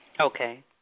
Okay